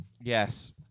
Yes